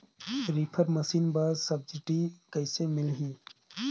Reaper machine बर subsidy कइसे मिलही?